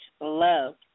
love